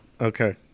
Okay